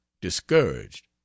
discouraged